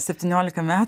septyniolika me